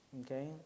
Okay